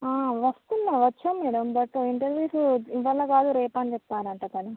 వస్తున్నా వచ్చాను madam but interviews ఇవాళ కాదు రేపని చెప్పారంట తను